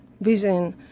vision